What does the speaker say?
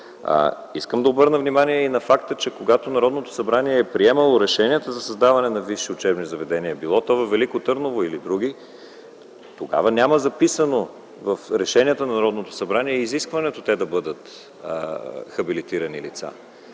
Искам да обърна внимание и на факта, че когато Народното събрание е приемало решенията за създаване на висши учебни заведения - било то във Велико Търново или другаде, тогава в решенията на Народното събрание няма записано изискването те да бъдат хабилитирани лица.